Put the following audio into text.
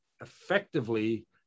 effectively